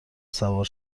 سوار